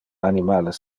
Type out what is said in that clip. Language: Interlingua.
animales